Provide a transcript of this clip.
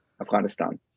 Afghanistan